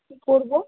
কী করবো